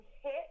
hit